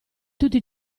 tutti